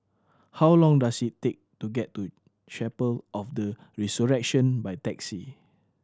how long does it take to get to Chapel of the Resurrection by taxi